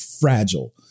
fragile